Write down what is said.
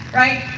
right